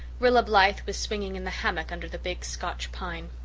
rilla blythe was swinging in the hammock under the big scotch pine,